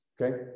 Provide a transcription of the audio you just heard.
Okay